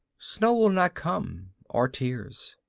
snow will not come, or tears.